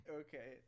okay